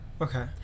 Okay